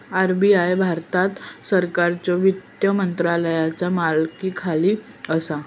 RBI Bharat सरकारच्यो वित्त मंत्रालयाचा मालकीखाली असा